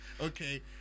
okay